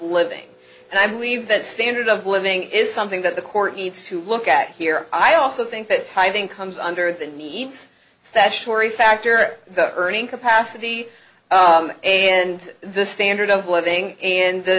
living and i believe that standard of living is something that the court needs to look at here i also think that tithing comes under the needs stache worry factor the earning capacity and the standard of living and the